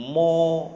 more